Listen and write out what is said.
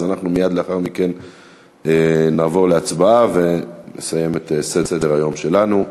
אז מייד לאחר מכן אנחנו נעבור להצבעה ונסיים את סדר-היום שלנו.